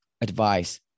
advice